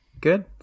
Good